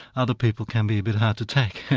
other people can be a bit hard to take.